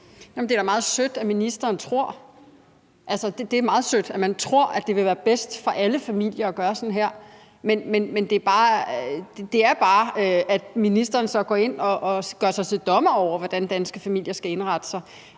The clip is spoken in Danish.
det er da meget sødt, at ministeren tror, at det vil være bedst for alle familier at gøre sådan her. Men det betyder bare, at ministeren så går ind og gør sig til dommer over, hvordan danske familier skal indrette sig.